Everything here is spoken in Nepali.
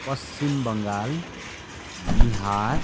पश्चिम बङ्गाल बिहार